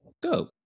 Go